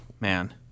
man